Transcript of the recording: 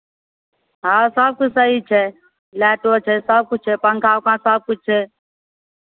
हँ सभकिछु सही छै लाइटो छै सभकिछु छै पङ्खा उङ्खा सभकिछु छै